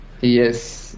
Yes